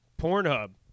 Pornhub